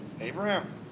Abraham